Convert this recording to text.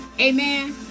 Amen